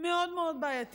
מאוד מאוד בעייתי.